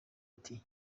ati